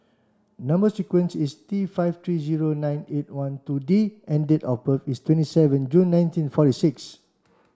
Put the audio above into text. number sequence is T five three zero nine eight one two D and date of birth is twenty seven June nineteen forty six